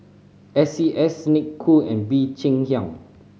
S C S Snek Ku and Bee Cheng Hiang